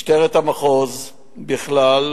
משטרת המחוז בכלל,